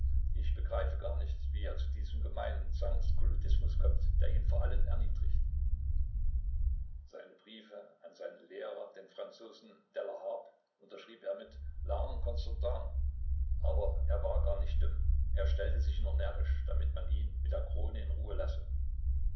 ich begreife gar nicht wie er zu diesem gemeinen sansculotismus kommt der ihn vor allen erniedrigt seine briefe an seinen lehrer den franzosen de laharpe unterschrieb er mit l'ne constantin aber er war gar nicht dumm er stellte sich nur närrisch damit man ihn mit der krone in ruhe lasse